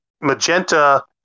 Magenta